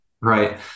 right